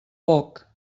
poc